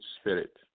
spirit